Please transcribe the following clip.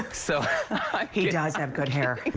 so he does have good hair.